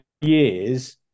years